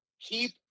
keep